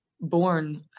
born